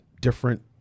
different